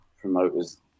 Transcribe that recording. promoters